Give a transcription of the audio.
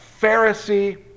Pharisee